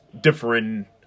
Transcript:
different